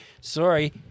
Sorry